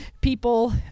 people